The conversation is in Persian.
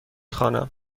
خوانم